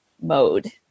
mode